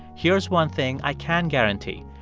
here's one thing i can guarantee.